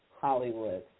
Hollywood